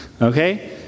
Okay